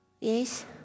Yes